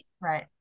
right